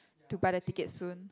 to buy the tickets soon